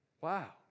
Wow